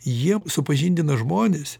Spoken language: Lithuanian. jie supažindina žmones